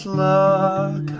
look